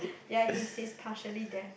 ya he's he's partially deaf